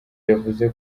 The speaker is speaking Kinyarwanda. yavuze